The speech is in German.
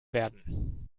werden